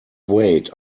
wait